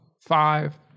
five